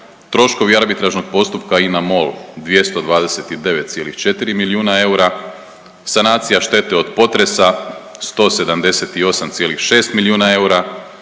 troškovi arbitražnog postupka INA-MOL 229,4 milijuna eura, sanacija štete od potresa 178,6 milijuna eura,